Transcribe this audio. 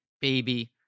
baby